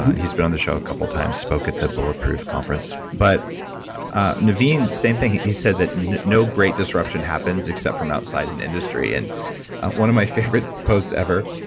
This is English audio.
he's been on the show a couple times, spoke at the bulletproof conference, but a naveen same thing, he said that no great disruption happens except from outside an industry and one of my favorite posts ever,